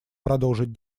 продолжить